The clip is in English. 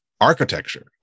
architecture